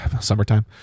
summertime